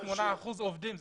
78% עובדים,